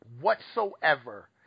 whatsoever